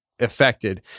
affected